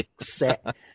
set